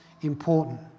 important